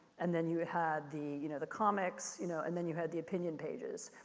and then you had the, you know, the comics, you know, and then you had the opinion pages.